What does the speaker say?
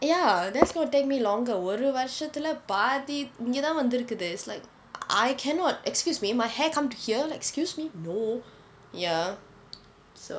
ya that's gonna take me longer ஒரு வருஷத்தில பாதி இங்க தான் வந்திருக்கிறது:oru varushathila paathi inga thaan vanthirukkirathu is like I cannot excuse me my hair come to here excuse me no ya so